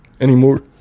anymore